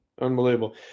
Unbelievable